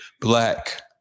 black